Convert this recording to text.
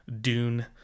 Dune